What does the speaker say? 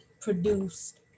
produced